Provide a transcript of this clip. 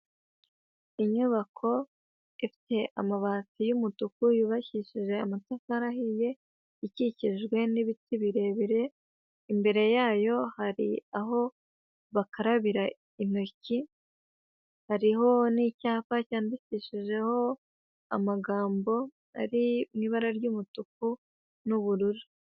Inyubako ifite amabati y'umutuku, yubakishije amatafari ahiye, ikikijwe n'ibiti birebire, imbere yayo hari aho bakarabira intoki, hariho n'icyapa cyandikishijeho amagambo ari mu ibara ry'umutuku n'ubururu.